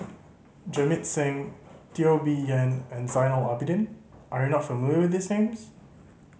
Jamit Singh Teo Bee Yen and Zainal Abidin are you not familiar with these names